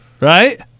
Right